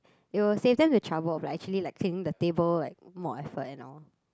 you will save them the trouble of like actually like cleaning the table like more effort and all